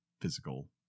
physical